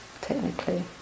technically